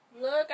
Look